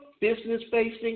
business-facing